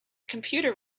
computer